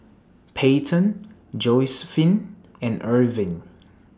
Peyton Josiephine and Erving